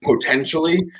potentially